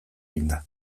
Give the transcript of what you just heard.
eginda